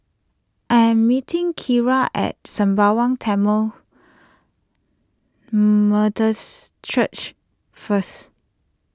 I am meeting Kiarra at Sembawang Tamil Methodist Church first